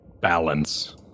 balance